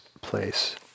place